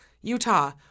Utah